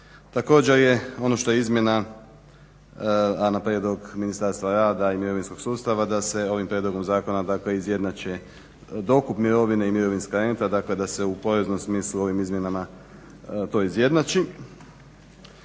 Također je ono što je izmjena a na prijedlog Ministarstva rada i Mirovinskog sustava da se ovim prijedlogom zakona dakle izjednači dokup mirovine i mirovinska renta, dakle da se u poreznom smislu ovim izmjenama to izjednači.